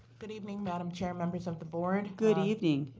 good evening, madam chair, members of the board. good evening.